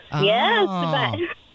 Yes